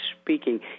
speaking